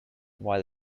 while